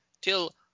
till